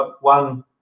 One